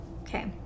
Okay